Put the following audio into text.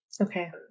Okay